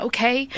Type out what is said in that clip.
Okay